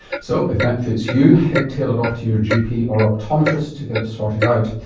so if that fits you, headtail it off to your gp or optometrist to get it sorted out.